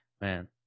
man